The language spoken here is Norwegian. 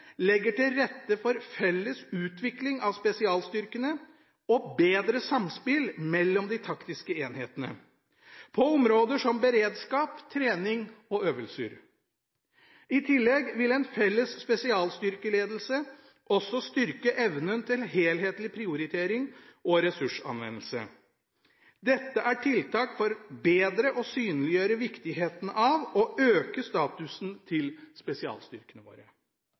legger til rette for felles utvikling av spesialstyrkene og bedre samspill mellom de taktiske enhetene – på områder som beredskap, trening og øvelser. I tillegg vil en felles spesialstyrkeledelse også styrke evnen til helhetlig prioritering og ressursanvendelse. Dette er tiltak for bedre å synliggjøre viktigheten av og øke statusen til spesialstyrkene våre.